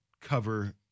cover